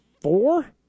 four